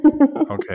okay